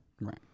Right